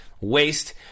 waste